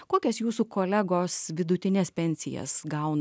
kokias jūsų kolegos vidutines pensijas gauna